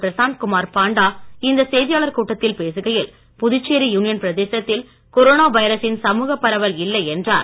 பிரசாந்த் குமார் பாண்டா இந்த செய்தியாளர் கூட்டத்தில் பேசுகையில் புதுச்சேரி யுனியன் பிரதேசத்தில் கொரோனா வைரசின் சமுகப் பரவல் இல்லை என்றார்